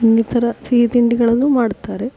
ಇನ್ನಿತರ ಸಿಹಿ ತಿಂಡಿಗಳನ್ನು ಮಾಡ್ತಾರೆ